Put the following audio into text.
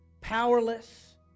powerless